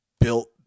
built